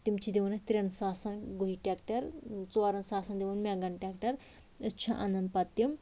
تِم چھِ دِوان اَسہِ ترٛٮ۪ن ساسن گُہہِ ٹرکٹر ژورن ساسن دِوان مٮ۪نٛگن ٹرکٹر أسۍ چھِ اَنان پتہٕ تِم